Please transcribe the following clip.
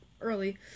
early